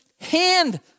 hand